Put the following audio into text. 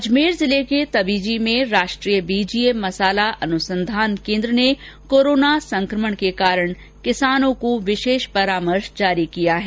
अजमेर जिले के तबीजी में राष्ट्रीय बीजीय मसाला अनुसंधान केन्द्र ने कोरोना संक्रमण के कारण किसानों को विशेष परामर्श जारी किया है